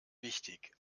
wichtig